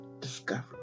discovery